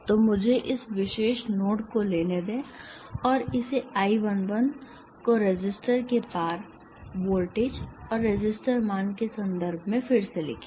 तो मुझे इस विशेष नोड को लेने दें और इसे I 1 1 को रेसिस्टर के पार वोल्टेज और रेसिस्टर मान के संदर्भ में फिर से लिखें